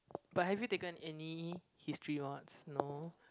but have you taken any history mods no